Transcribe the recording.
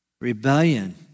Rebellion